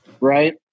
right